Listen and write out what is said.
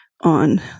on